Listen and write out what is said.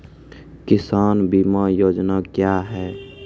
किसान बीमा योजना क्या हैं?